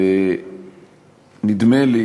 ונדמה לי